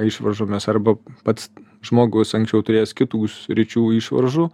išvaržomis arba pats žmogus anksčiau turėjęs kitų sričių išvaržų